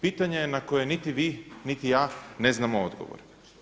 Pitanje je na koje niti vi, niti ja ne znamo odgovor.